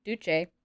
Duce